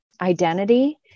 identity